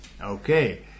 Okay